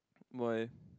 why